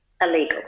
illegal